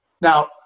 Now